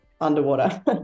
underwater